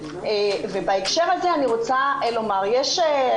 בהקשר הזה אני רוצה להתייחס,